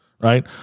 right